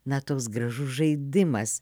na toks gražus žaidimas